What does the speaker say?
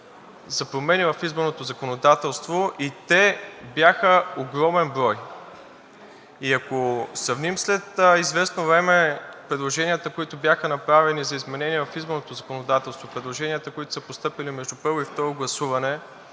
за промени в изборното законодателство и те бяха огромен брой. Ако сравним след известно време предложенията, които бяха направени за изменение в изборното законодателство, предложенията, които са постъпили между първо и второ гласуване,